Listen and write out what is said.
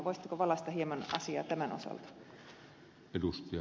voisitteko valaista hieman asiaa tämän osalta